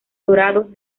dorados